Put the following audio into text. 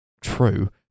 true